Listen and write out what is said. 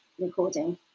recording